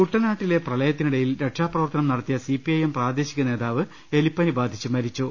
കുട്ടനാട്ടിലെ പ്രളയത്തിനിടയിൽ രക്ഷാപ്രവർത്തനം നടത്തിയ സിപിഐഎം പ്രദേശിക നേതാവ് എലിപ്പനി ബാധിച്ച് മരിച്ചു